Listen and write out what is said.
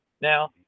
Now